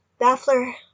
Baffler